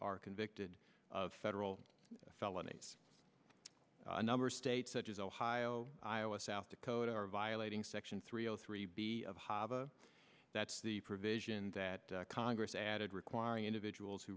are convicted of federal felonies a number of states such as ohio iowa south dakota are violating section three zero three b of hava that's the provision that congress added requiring individuals who